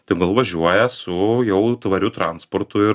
tegul važiuoja su jau tvariu transportu ir